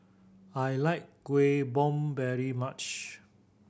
I like Kuih Bom very much